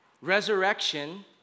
resurrection